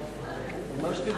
חברי חברי הכנסת, השרים, הוא לא סתם